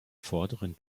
vorderen